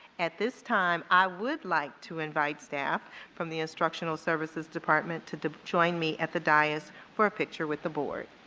at this time i would like to invite staff from the instructional services department to join me at the dais for a picture with the board.